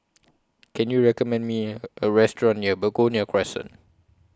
Can YOU recommend Me A Restaurant near Begonia Crescent